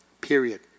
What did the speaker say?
period